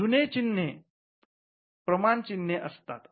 जुने चिन्हे प्रमाण चिन्हे असतात